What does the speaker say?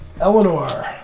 Eleanor